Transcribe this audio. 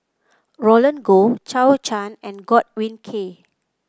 Roland Goh Zhou Can and Godwin Koay